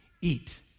Eat